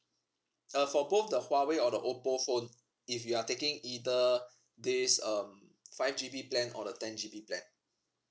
uh for both the huawei or the oppo phone if you are taking either this um five G B plan or the ten G B plan